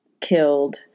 killed